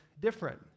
different